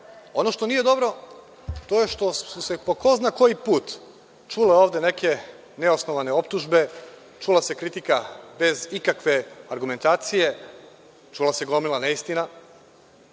što nije dobro, to je što su se po ko zna koji put čule ovde neke neosnovane optužbe, čula se kritika bez ikakve argumentacije, čula se gomila neistina,